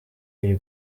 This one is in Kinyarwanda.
iri